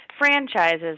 franchises